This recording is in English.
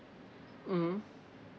mmhmm